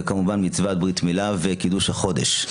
וכמובן את מצוות ברית מילה ואת קידוש החודש.